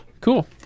cool